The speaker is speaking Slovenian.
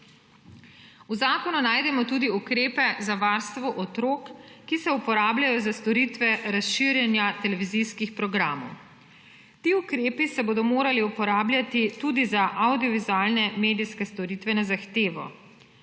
V zakonu najdemo tudi ukrepe za varstvo otrok, ki se uporabljajo za storitve razširjenja televizijskih programov. Ti ukrepi se bodo morali uporabljati tudi za avdiovizualne medijske storitve na zahtevo.